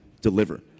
deliver